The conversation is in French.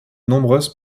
nombreuses